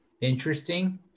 interesting